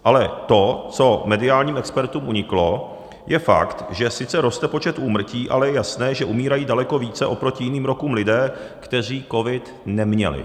Ale to, co mediálním expertům uniklo, je fakt, že sice roste počet úmrtí, ale je jasné, že umírají daleko více oproti jiným rokům lidé, kteří covid neměli.